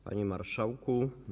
Panie Marszałku!